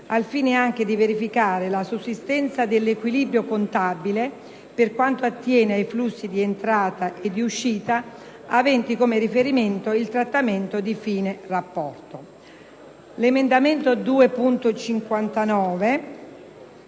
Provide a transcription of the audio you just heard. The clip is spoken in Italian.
al fine anche di verificare la sussistenza dell'equilibrio contabile per quanto attiene ai flussi di entrata e di uscita aventi come riferimento il trattamento di fine rapporto. Con l'emendamento 2.59